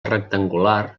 rectangular